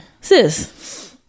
sis